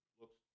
looks